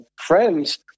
friends